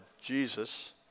Jesus